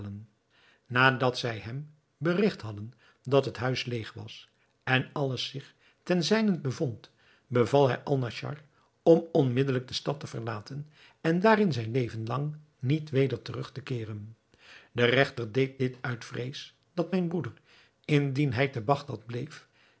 nadat zij hem berigt hadden dat het huis leeg was en alles zich ten zijnent bevond beval hij alnaschar om onmiddelijk de stad te verlaten en daarin zijn leven lang niet weder terug te keeren de regter deed dit uit vrees dat mijn broeder indien hij te bagdad bleef